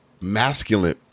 masculine